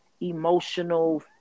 emotional